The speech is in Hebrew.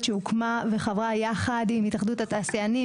שהוקמה וחברה יחד עם התאחדות התעשיינים,